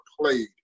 played